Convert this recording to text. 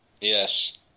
yes